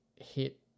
hit